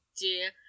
dear